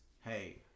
hey